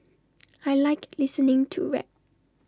I Like listening to rap